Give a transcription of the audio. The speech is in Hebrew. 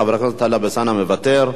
חבר הכנסת טלב אלסאנע, מוותר.